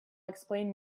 explain